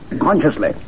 consciously